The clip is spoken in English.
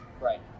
right